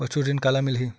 पशु ऋण काला मिलही?